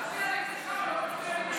הוא מצביע איתך, הוא לא מצביע איתי.